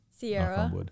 Sierra